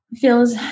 Feels